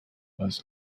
was